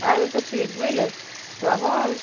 আমি তো ফিট বুঝলে তখন